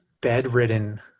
bedridden